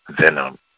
Venom